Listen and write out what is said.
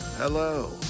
Hello